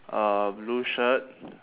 uh blue shirt